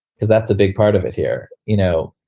because that's a big part of it here. you know,